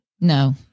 No